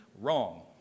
Wrong